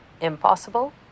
impossible